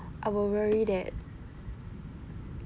I will worry that